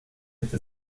etwa